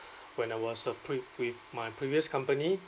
when I was uh pre~ with my previous company